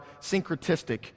syncretistic